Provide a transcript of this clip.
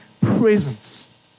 presence